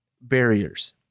barriers